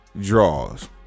draws